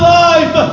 life